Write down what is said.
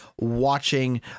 watching